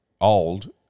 old